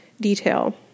detail